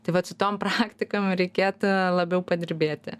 tai vat su tom praktikom reikėtų labiau padirbėti